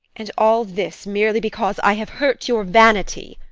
and all this merely because i have hurt your vanity?